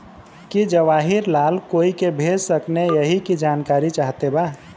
की जवाहिर लाल कोई के भेज सकने यही की जानकारी चाहते बा?